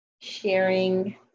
sharing